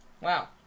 Wow